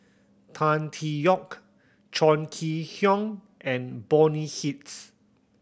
Tan Tee Yoke Chong Kee Hiong and Bonny Hicks